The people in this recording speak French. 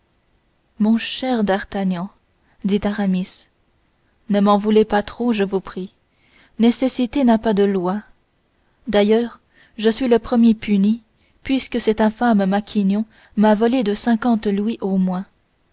mon cher d'artagnan dit aramis ne m'en veuillez pas trop je vous prie nécessité n'a pas de loi d'ailleurs je suis le premier puni puisque cet infâme maquignon m'a volé cinquante louis au moins